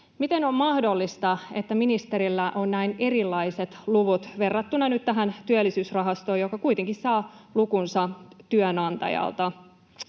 Miten on mahdollista, että ministerillä on näin erilaiset luvut verrattuna nyt tähän Työllisyysrahastoon, joka kuitenkin saa lukunsa työnantajalta?